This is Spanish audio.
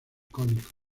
cónicos